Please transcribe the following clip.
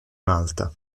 malta